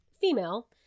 female